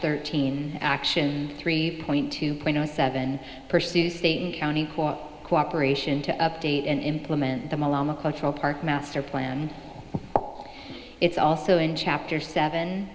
thirteen action three point two point zero seven pursue state and county cooperation to update and implement them along the cultural park master plan it's also in chapter seven